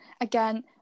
again